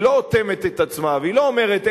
היא לא אוטמת את עצמה והיא לא אומרת,